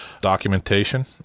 documentation